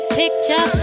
picture